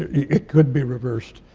it could be reversed,